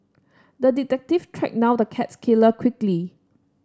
the detective tracked now the cat killer quickly